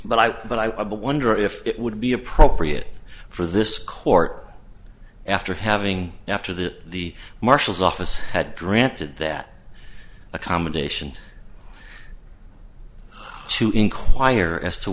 but i but i wonder if it would be appropriate for this court after having after that the marshal's office had granted that accommodation to enquire as to